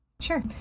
Sure